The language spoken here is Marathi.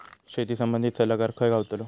शेती संबंधित सल्लागार खय गावतलो?